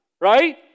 Right